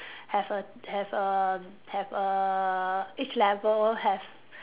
have a have a have a each level have